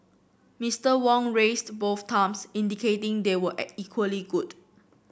Mister Wong raised both thumbs indicating they were at equally good